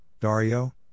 Dario